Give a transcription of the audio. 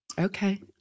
okay